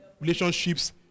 relationships